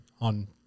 on